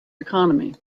economy